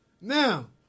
Now